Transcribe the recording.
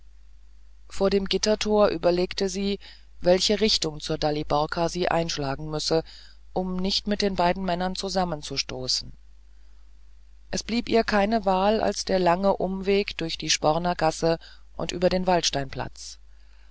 vor dem gittertor überlegte sie welche richtung zur daliborka sie einschlagen müsse um nicht mit den beiden männern zusammenzustoßen es blieb ihr keine wahl als der lange umweg durch die spornergasse und über den